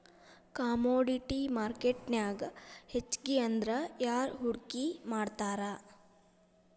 Commodity ಮಾರ್ಕೆಟ್ನ್ಯಾಗ್ ಹೆಚ್ಗಿಅಂದ್ರ ಯಾರ್ ಹೂಡ್ಕಿ ಮಾಡ್ತಾರ?